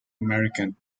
american